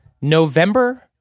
November